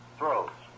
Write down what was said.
throws